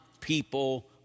people